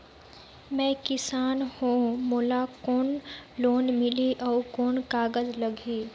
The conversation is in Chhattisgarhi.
मैं किसान हव मोला कौन लोन मिलही? अउ कौन कागज लगही?